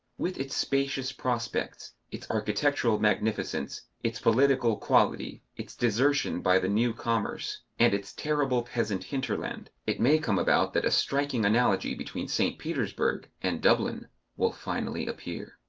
with its spacious prospects, its architectural magnificence, its political quality, its desertion by the new commerce, and its terrible peasant hinterland, it may come about that a striking analogy between st. petersburg and dublin will finally appear.